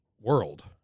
world